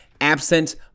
absent